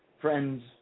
friends